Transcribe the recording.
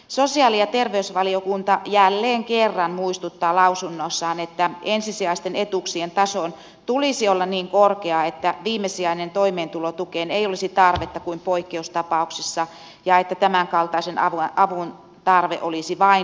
sosiaali ja terveysvaliokunta jälleen kerran muistuttaa lausunnossaan että ensisijaisten etuuksien tason tulisi olla niin korkea että viimesijaiseen toimeentulotukeen ei olisi tarvetta kuin poikkeustapauksissa ja että tämänkaltaisen avun tarve olisi vain lyhytaikaista